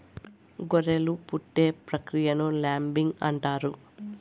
గొర్రెలు పుట్టే ప్రక్రియను ల్యాంబింగ్ అంటారు